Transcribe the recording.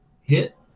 hit